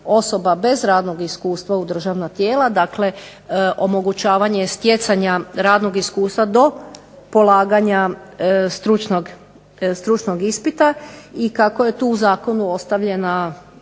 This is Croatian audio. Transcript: osoba bez radnog iskustva u državna tijela. Dakle, omogućavanje stjecanja radnog iskustva do polaganja stručnog ispita. I kako je tu u zakonu ostavljena